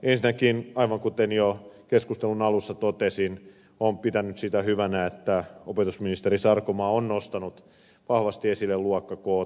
ensinnäkin aivan kuten jo keskustelun alussa totesin olen pitänyt sitä hyvänä että opetusministeri sarkomaa on nostanut vahvasti esille luokkakoot